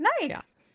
nice